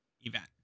event